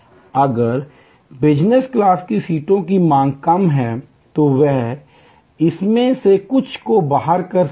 अगर business class की सीटों की मांग कम है तो वे इसमें से कुछ को बाहर कर सकते हैं